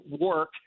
work